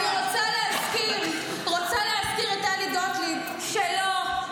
אני רוצה להזכיר לטלי גוטליב, שלא,